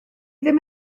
ddim